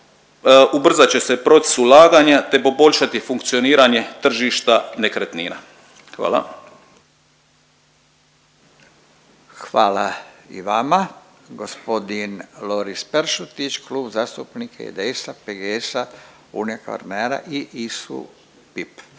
ubrzat će se proces ulaganja te poboljšati funkcioniranje tržišta nekretnina. Hvala. **Radin, Furio (Nezavisni)** Hvala i vama. Gospodin Loris Peršurić, Klub zastupnika IDS-a, PGS-a, Unije Kvarnera i ISU-PIP.